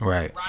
Right